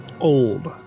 old